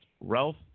Ralph